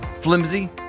flimsy